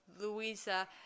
Louisa